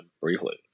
briefly